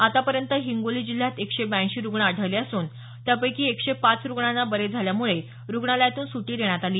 आतापर्यंत हिंगोली जिल्ह्यात एकशे ब्याऐंशी रुग्ण आढळले असून त्यापैकी एकशे पाच रुग्णांना बरे झाल्यामुळे रुग्णालयातून सूटी देण्यात आली